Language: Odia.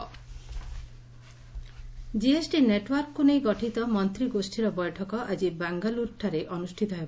ଜିଏସ୍ଟି ମିଟିଙ୍ଗ୍ ଜିଏସଟି ନେଟ୍ୱାର୍କକୁ ନେଇ ଗଠିତ ମନ୍ତ୍ରୀ ଗୋଷ୍ଠୀର ବୈଠକ ଆଜି ବାଙ୍ଗାଲୁରଠାରେ ଅନୁଷ୍ଠିତ ହେବ